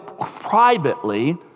privately